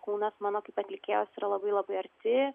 kūnas mano kaip atlikėjos yra labai labai arti